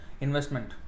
investment